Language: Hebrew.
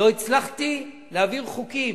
לא הצלחתי להעביר חוקים,